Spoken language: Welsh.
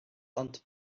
ond